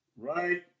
right